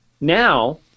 Now